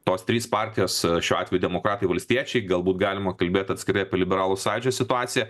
tos trys partijos šiuo atveju demokratai valstiečiai galbūt galima kalbėt atskirai apie liberalų sąjūdžio situaciją